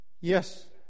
Yes